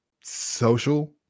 social